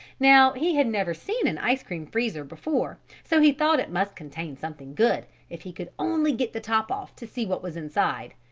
now he had never seen an ice-cream freezer before so he thought it must contain something good if he could only get the top off to see what was inside.